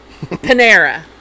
Panera